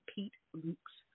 Pete-Lukes